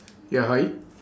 ya hi